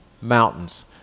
Mountains